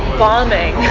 bombing